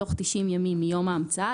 בתוך 90 ימים מיום ההמצאה,